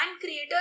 creator